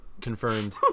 confirmed